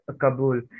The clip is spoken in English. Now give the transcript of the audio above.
Kabul